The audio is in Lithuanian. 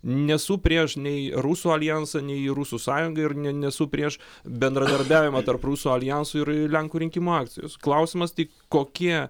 nesu prieš nei rusų aljansą nei rusų sąjungą ir ne nesu prieš bendradarbiavimą tarp rusų aljanso ir lenkų rinkimų akcijos klausimas tik kokie